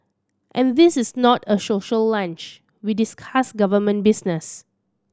and this is not a social lunch we discuss government business